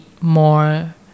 more